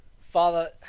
Father